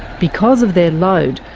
because of their load,